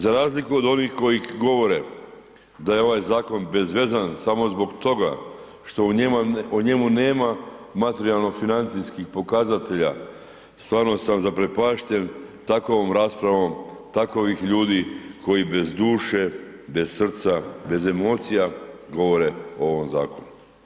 Za razliku od onih koji govore da je ovaj zakon bezvezan samo zbog toga što u njemu nema materijalno-financijskih pokazatelja, stvarno sam zaprepašten takvom raspravom takvih ljudi koji bez duše, bez srca, bez emocija govore o ovom zakonu.